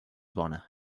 bona